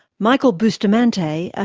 michael bustamante, ah